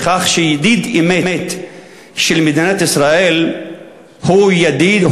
בכך שידיד אמת של מדינת ישראל הוא ידיד,